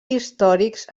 històrics